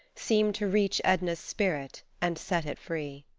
seemed to reach edna's spirit and set it free.